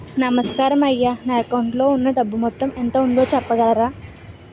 నమస్కారం అయ్యా నా అకౌంట్ లో ఉన్నా డబ్బు మొత్తం ఎంత ఉందో చెప్పగలరా?